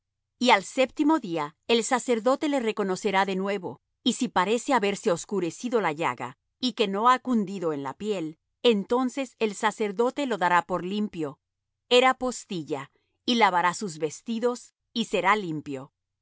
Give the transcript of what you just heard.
y al séptimo día el sacerdote le reconocerá de nuevo y si parece haberse oscurecido la llaga y que no ha cundido en la piel entonces el sacerdote lo dará por limpio era postilla y lavará sus vestidos y será limpio